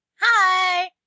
Hi